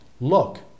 Look